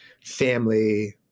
family